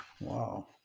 Wow